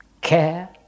care